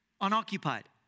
unoccupied